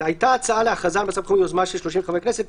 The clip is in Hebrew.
הייתה הצעה להכרזה ביוזמה של 30 חברי הכנסת,